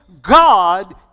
God